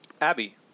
Abby